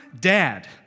Dad